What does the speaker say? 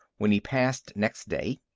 when he passed next day,